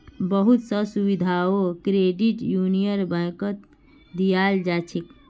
बहुत स सुविधाओ क्रेडिट यूनियन बैंकत दीयाल जा छेक